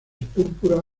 púrpura